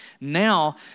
Now